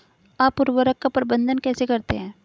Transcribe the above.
आप उर्वरक का प्रबंधन कैसे करते हैं?